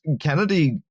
Kennedy